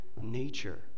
nature